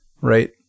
Right